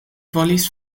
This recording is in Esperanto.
volis